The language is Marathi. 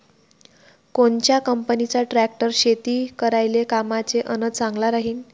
कोनच्या कंपनीचा ट्रॅक्टर शेती करायले कामाचे अन चांगला राहीनं?